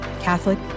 Catholic